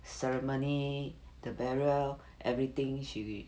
ceremony the burial everything she